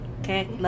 okay